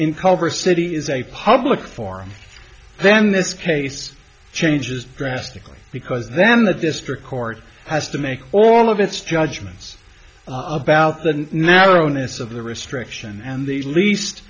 in culver city is a public forum then this case changes drastically because then a district court has to make all of its judgments about the narrow nice of the restriction and the least